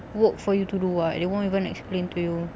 work for you to do what they won't even explain to you